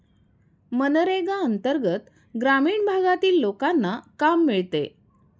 मनरेगा अंतर्गत ग्रामीण भागातील लोकांना काम मिळते